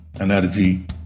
energy